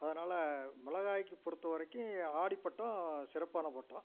அதனால மெளகாய்க்கு பொறுத்தவரைக்கும் ஆடிப்பட்டம் சிறப்பான பட்டம்